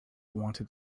wanted